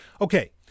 Okay